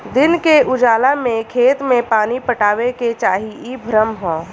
दिन के उजाला में खेत में पानी पटावे के चाही इ भ्रम ह